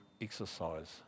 exercise